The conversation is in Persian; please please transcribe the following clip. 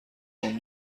اون